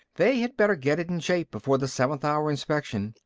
they had better get it in shape before the seventh hour inspection.